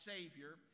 Savior